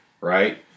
right